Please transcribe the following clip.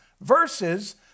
verses